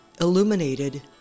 illuminated